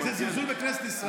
זה זלזול בכנסת ישראל.